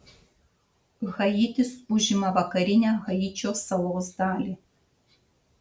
haitis užima vakarinę haičio salos dalį